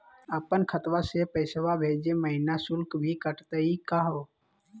अपन खतवा से पैसवा भेजै महिना शुल्क भी कटतही का हो?